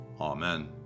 Amen